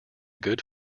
good